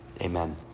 Amen